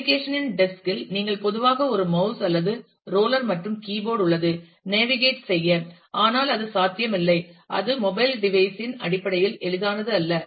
application இன் desk இல் நீங்கள் பொதுவாக ஒரு மவுஸ் அல்லது ரோலர் மற்றும் keyboard உள்ளது நேவிகேட் செய்ய ஆனால் அது சாத்தியமில்லை அல்லது மொபைல் டிவைஸ் இன் அடிப்படையில் எளிதானது அல்ல